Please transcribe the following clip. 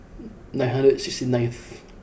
nine hundred and six ninth